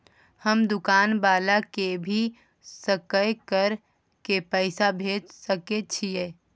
हम दुकान वाला के भी सकय कर के पैसा भेज सके छीयै?